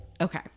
Okay